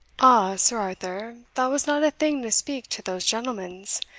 ah, sir arthur, that was not a thing to speak to those gentlemans,